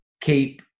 keep